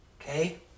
Okay